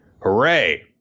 Hooray